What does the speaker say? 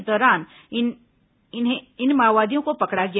इस दौरान इन माओवादियों को पकड़ा गया